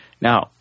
Now